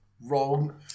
Wrong